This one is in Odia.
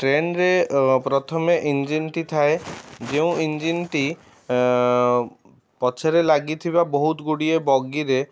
ଟ୍ରେନରେ ପ୍ରଥମେ ଇଞ୍ଜିନ୍ ଟି ଥାଏ ଯେଉଁ ଇଞ୍ଜିନ୍ ଟି ପଛରେ ଲାଗିଥିବା ବହୁତ ଗୁଡ଼ିଏ ବଗିରେ